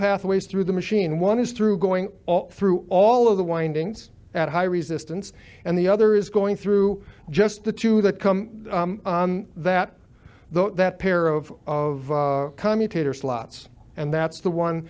pathways through the machine one is through going through all of the windings at high resistance and the other is going through just the two the come that the that pair of of commutator slots and that's the one